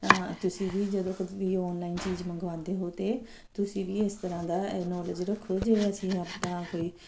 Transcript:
ਤੁਸੀਂ ਵੀ ਜਦੋਂ ਕੁਝ ਵੀ ਆਨਲਾਈਨ ਚੀਜ਼ ਮੰਗਵਾਂਦੇ ਹੋ ਤਾਂ ਤੁਸੀਂ ਵੀ ਇਸ ਤਰ੍ਹਾਂ ਦਾ ਨੋਲੇਜ ਰੱਖੋ ਜੇ ਅਸੀਂ ਆਪਦਾ ਕੋਈ